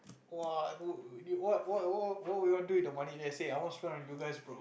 !woah! what what what you want do with the money then I say I want spend on you guys bro